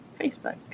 Facebook